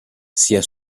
sia